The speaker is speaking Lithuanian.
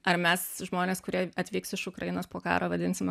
ar mes žmonės kurie atvyks iš ukrainos po karo vadinsime